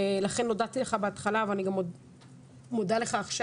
ולכן הודיתי לך בהתחלה ואני גם מודה לך עכשיו: